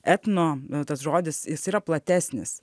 etno tas žodis jis yra platesnis